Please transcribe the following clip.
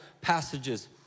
passages